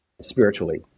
spiritually